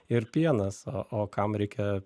ir pienas o o kam reikia